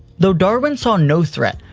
though darwin saw no threat,